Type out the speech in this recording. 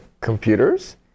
computers